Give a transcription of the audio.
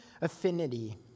affinity